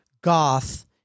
goth